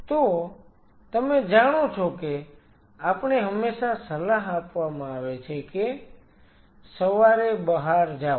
તો તમે જાણો છો કે આપણે હંમેશા સલાહ આપવામાં આવે છે કે સવારે બહાર જાઓ